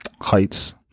heights